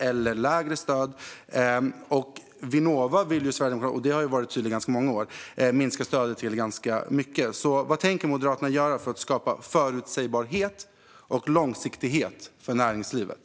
Sverigedemokraterna vill ju minska stödet till Vinnova ganska mycket, vilket har varit tydligt i ganska många år. Vad tänker Moderaterna göra för att skapa förutsägbarhet och långsiktighet för näringslivet?